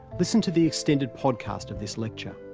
listen to the extended podcast of this lecture.